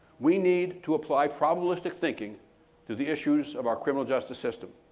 we need to apply probabilistic thinking to the issues of our criminal justice system.